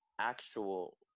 actual